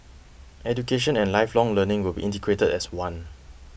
education and lifelong learning will be integrated as one